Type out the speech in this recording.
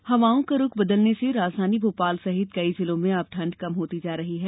मौसम हवाओं का रुख बदलने से राजधानी भोपाल सहित कई जिलों में अब ठंड कम होती जा रही है